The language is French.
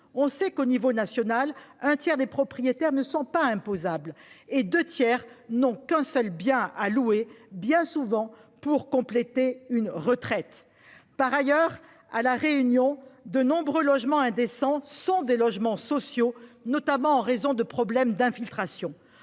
le sait, à l'échelle nationale, un tiers des propriétaires ne sont pas imposables et deux tiers n'ont qu'un seul bien à louer, souvent pour compléter une retraite. Par ailleurs, à La Réunion, de nombreux logements indécents sont des logements sociaux ; leur caractère indécent est notamment dû à des problèmes d'infiltrations.